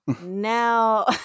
Now